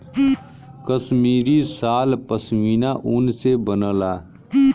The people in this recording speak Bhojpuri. कसमीरी साल पसमिना ऊन से बनला